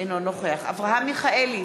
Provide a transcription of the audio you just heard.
אינו נוכח אברהם מיכאלי,